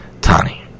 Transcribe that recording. Tani